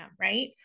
right